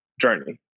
journey